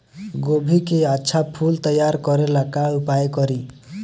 गोभी के अच्छा फूल तैयार करे ला का उपाय करी?